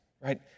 right